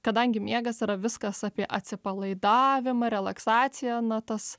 kadangi miegas yra viskas apie atsipalaidavimą relaksaciją na tas